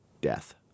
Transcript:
death